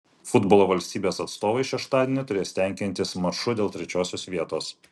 futbolo valstybės atstovai šeštadienį turės tenkintis maču dėl trečiosios vietos